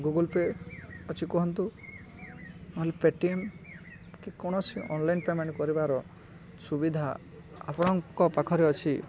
Google pay ଅଛି କୁହନ୍ତୁ ନହେଲେ ପେଟିଏମ୍ କି କୌଣସି ଅନଲାଇନ୍ ପେମେଣ୍ଟ କରିବାର ସୁବିଧା ଆପଣଙ୍କ ପାଖରେ ଅଛି